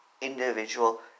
individual